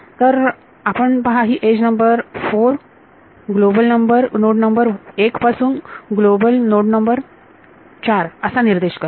तर आपण पहा ही edge number 4 global node number 1 पासून ग्लोबल नोड नंबर 4 असा निर्देश करते